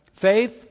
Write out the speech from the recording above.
faith